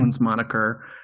moniker